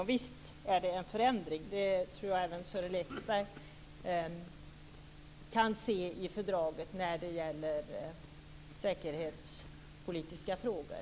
Och visst är det en förändring i fördraget - det tror jag att även Sören Lekberg kan se - när det gäller säkerhetspolitiska frågor.